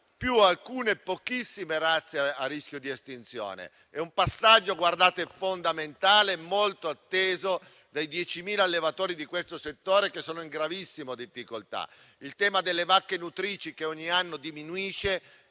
più alcune pochissime razze a rischio di estinzione. È un passaggio fondamentale, molto atteso dai 10.000 allevatori di questo settore che sono in gravissima difficoltà. Il tema delle vacche nutrici che ogni anno diminuiscono